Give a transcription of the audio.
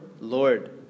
Lord